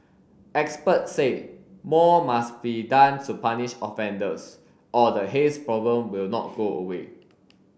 experts say more must be done to punish offenders or the haze problem will not go away